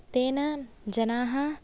तेन जनाः